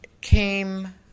came